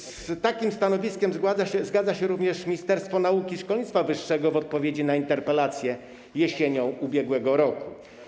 Z takim stanowiskiem zgadza się również Ministerstwo Nauki i Szkolnictwa Wyższego w odpowiedzi na interpelację jesienią ubiegłego roku.